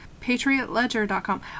patriotledger.com